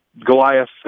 Goliath